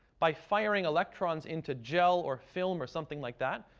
by firing electrons into gel or film or something like that,